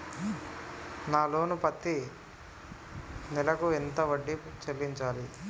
నా లోను పత్తి నెల కు ఎంత వడ్డీ చెల్లించాలి?